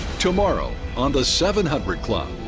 tomorrow on the seven hundred club.